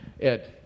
Ed